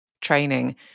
training